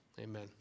amen